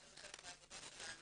שזה חלק מהעבודה שלנו,